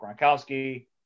Gronkowski